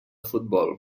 futbol